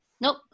Nope